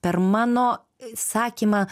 per mano sakymą